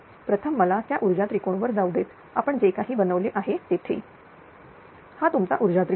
प्रथम मला त्या ऊर्जा त्रिकोण वर जाऊ देत आपण जे काही बनवले आहे तेथे हा तुमच्या ऊर्जा त्रिकोण